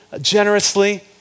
generously